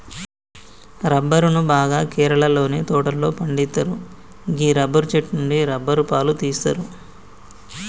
రబ్బరును బాగా కేరళలోని తోటలలో పండిత్తరు గీ రబ్బరు చెట్టు నుండి రబ్బరు పాలు తీస్తరు